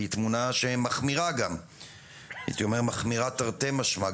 תמונה שהיא מחמירה תרתי משמע,